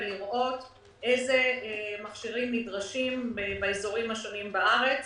ולראות איזה מכשירים נדרשים באזורים השונים בארץ.